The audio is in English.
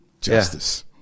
justice